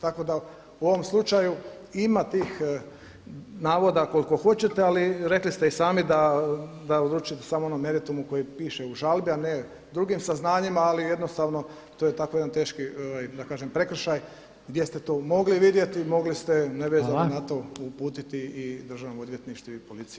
Tako da u ovom slučaju ima tih navoda koliko hoćete, ali rekli ste i sami da odlučujete samo u onom meritumu koji piše u žalbi ali ne u drugim saznanjima, ali jednostavno to je tako jedan teški da kažem prekršaj gdje ste to mogli vidjeti, mogli ste nevezano na to uputiti i državnom odvjetništvu i policiji